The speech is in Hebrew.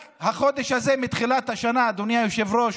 רק החודש הזה, מתחילת השנה, אדוני היושב-ראש,